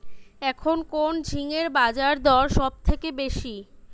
এখন কোন ঝিঙ্গের বাজারদর সবথেকে বেশি?